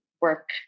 work